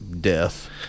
death